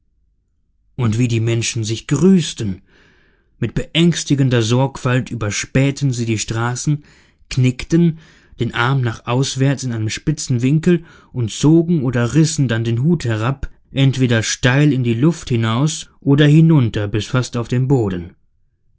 und wie die menschen sich grüßten mit beängstigender sorgfalt überspähten sie die straße knickten den arm nach auswärts in einem spitzen winkel und zogen oder rissen dann den hut herab entweder steil in die luft hinaus oder hinunter bis fast auf den boden